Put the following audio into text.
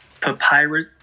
papyrus